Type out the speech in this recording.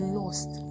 lost